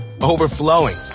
overflowing